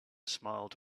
smiled